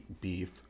beef